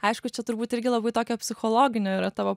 aišku čia turbūt irgi labai tokio psichologinio yra tavo